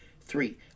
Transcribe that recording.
Three